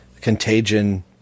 Contagion